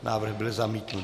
Návrh byl zamítnut.